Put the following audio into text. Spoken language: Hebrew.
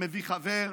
מביא חבר,